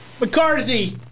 McCarthy